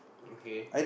okay